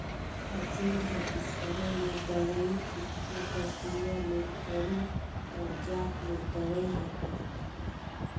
फसिल में इस्पेयर ले दवई छींचबे ता सुग्घर ले तरी कर जात ले दवई हर परथे